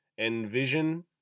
Envision